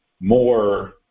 more